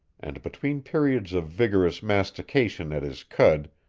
and between periods of vigorous mastication at his cud,